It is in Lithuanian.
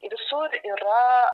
visur yra